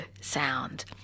sound